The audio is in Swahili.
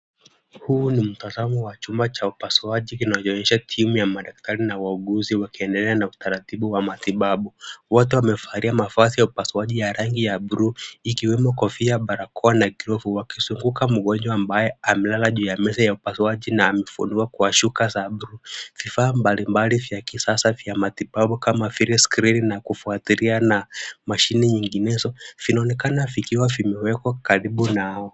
Huu ni mtazamo wa chumba cha upasuaji inayoonyesha timu ya madaktari na wauguzi wakiendelea na utaratibu wa matibabu. Wote wevalia mavazi ya upasuaji ya rangi ya bluu, ikiwemo kofia, barakoa, na glovu. Wakizunguka mgonjwa ambaye amelala juu ya meza ya upasuaji na amefunikwa kwa shuka za bluu. Vifaa mbali mbali vya kisasa vya matibabu, kama vile skrini ya kufuatilia na mashini nyinginezo, vinaonekana vikiwa karibu nao.